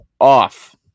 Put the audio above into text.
off